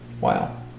Wow